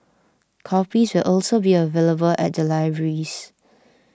copies will also be available at the libraries